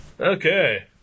Okay